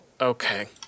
Okay